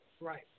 Right